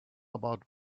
about